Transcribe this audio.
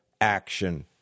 action